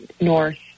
north